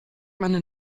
meine